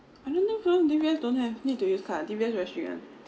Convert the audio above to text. I don't know if you know D_B_S don't have need to use card D_B_S very strict one